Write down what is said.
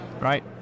right